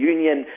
Union